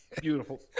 beautiful